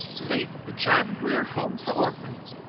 late of the john grier home for orphans,